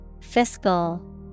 Fiscal